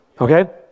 Okay